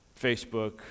Facebook